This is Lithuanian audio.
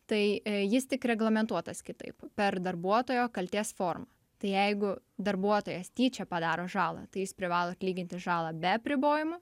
tai jis tik reglamentuotas kitaip per darbuotojo kaltės formą tai jeigu darbuotojas tyčia padaro žalą tai jis privalo atlyginti žalą be apribojimų